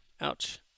Ouch